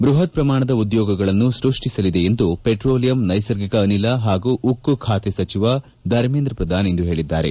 ಬೃಪತ್ ಪ್ರಮಾಣದ ಉದ್ಯೋಗಗಳನ್ನು ಸೈಷ್ಷಿಸಲಿದೆ ಎಂದು ಪೆಟ್ರೋಲಿಯಂ ನೈಸರ್ಗಿಕ ಅನಿಲ ಹಾಗೂ ಉಕ್ಕು ಖಾತೆ ಸಚಿವ ಧರ್ಮೇಂದ್ರ ಪ್ರದಾನ್ ಇಂದು ಹೇಳಿದ್ದಾರೆ